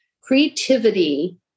creativity